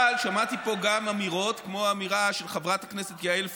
אבל שמעתי פה גם אמירות כמו האמירה של חברת הכנסת יעל פארן,